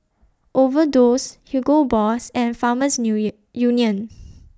Overdose Hugo Boss and Farmers Union